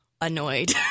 annoyed